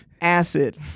acid